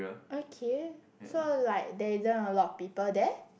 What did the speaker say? okay so like that isn't a lot of people there